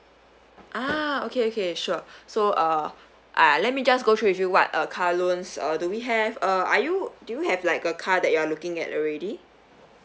ah okay okay sure so uh ah let me just go through with you what uh car loans uh do we have uh are you do you have like a car that you're looking at already